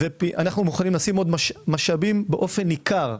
אנו מוכנים לשים עוד משאבים באופן ניכר,